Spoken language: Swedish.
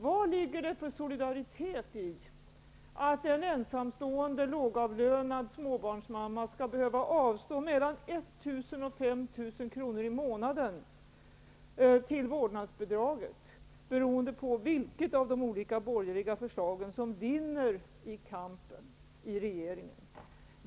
Vad ligger det för solidaritet i att en ensamstående, lågavlönad småbarnsmamma skall behöva avstå mellan 1 000 beroende på vilket av de borgerliga förslagen som vinner kampen i regeringen?